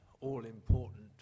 all-important